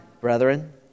brethren